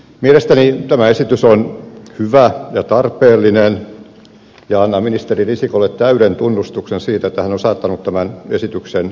mielestäni tämä esitys on hyvä ja tarpeellinen ja annan ministeri risikolle täyden tunnustuksen siitä että hän on saattanut tämän esityksen eduskunnan käsiteltäväksi